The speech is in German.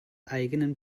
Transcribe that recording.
eigenen